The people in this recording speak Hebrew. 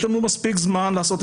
יש לנו מספיק זמן לעשות את זה.